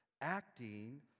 acting